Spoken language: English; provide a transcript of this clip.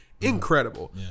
incredible